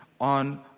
on